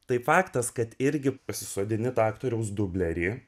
tai faktas kad irgi pasisodini tą aktoriaus dublerį